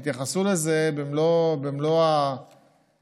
התייחסו לזה במלוא הרצינות.